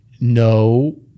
no